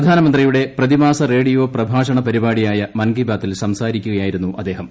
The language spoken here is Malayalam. പ്രധാനമന്ത്രിയുടെ പ്രതിമാസ റേഡിയോ പ്രഭാഷണ പരിപാടിയായ മൻകി ബാത്തിൽ സംസാരിക്കുകയായിരുന്നു അദ്ദേഹം